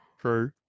True